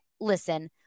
listen